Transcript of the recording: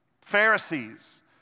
Pharisees